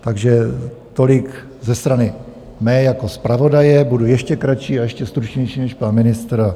Takže tolik ze strany mé jako zpravodaje, budu ještě kratší a ještě stručnější než pan ministr.